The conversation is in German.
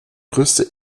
größte